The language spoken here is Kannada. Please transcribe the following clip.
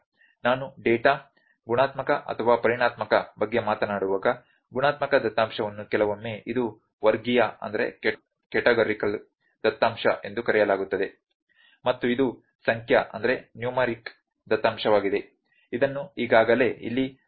ನಾನು ಡೇಟಾ ಗುಣಾತ್ಮಕ ಅಥವಾ ಪರಿಮಾಣಾತ್ಮಕ ಬಗ್ಗೆ ಮಾತನಾಡುವಾಗ ಗುಣಾತ್ಮಕ ದತ್ತಾಂಶವನ್ನು ಕೆಲವೊಮ್ಮೆ ಇದು ವರ್ಗೀಯ ದತ್ತಾಂಶ ಎಂದೂ ಕರೆಯಲಾಗುತ್ತದೆ ಮತ್ತು ಇದು ಸಂಖ್ಯಾ ದತ್ತಾಂಶವಾಗಿದೆ ಇದನ್ನು ಈಗಾಗಲೇ ಇಲ್ಲಿ 0